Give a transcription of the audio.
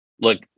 look